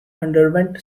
underwent